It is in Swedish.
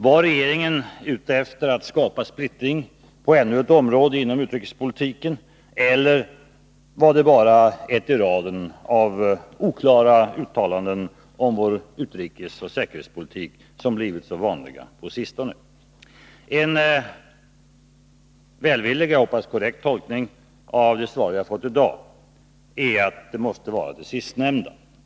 Var regeringen ute efter att skapa splittring på ännu ett område inom utrikespolitiken, eller var det bara ett i raden av oklara uttalanden om vår utrikesoch säkerhetspolitik som blivit så vanliga på sistone? 5 En välvillig, och jag hoppas korrekt, tolkning av det svar som jag i dag har fått är att det måste vara fråga om det sistnämnda.